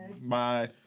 Bye